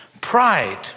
Pride